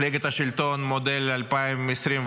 מפלגת השלטון מודל 2024,